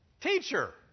teacher